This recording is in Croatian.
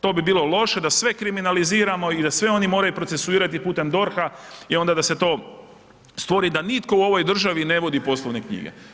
To bi bilo loše da sve kriminaliziramo i da sve oni moraju procesuirati putem DORH-a jer onda da se to stvori da nitko u ovoj državni ne vodi poslovne knjige.